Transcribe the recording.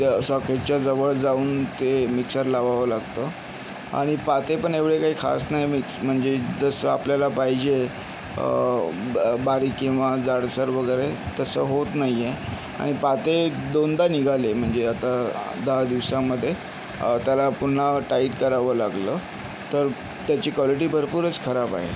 त्या सॉकेटच्या जवळ जाऊन ते मिक्सर लावावं लागतं आणि पातेपण एवढे काही खास नाही मिक्स् म्हणजे आपल्याला जसं पाहिजे ब बारीक किंवा जाडसर वगैरे तसं होत नाही आहे आणि पाते दोनदा निघाले म्हणजे आता दहा दिवसांमध्ये त्याला पुन्हा टाईट करावं लागलं तर त्याची कॉलिटी भरपूरच खराब आहे